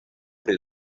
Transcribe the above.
pri